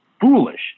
foolish